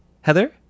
Heather